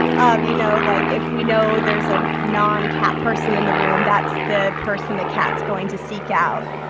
ah you know? like, if we know there's a non-cat person in the room, that's the person the cat's going to seek out.